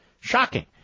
Shocking